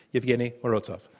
evgeny morozov.